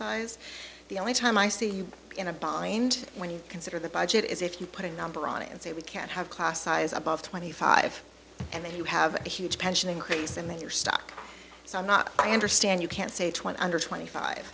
size the only time i see you in a bind when you consider the budget is if you put a number on it and say we can't have class size above twenty five and then you have a huge pension increase and then you're stuck so i'm not i understand you can say twenty under twenty five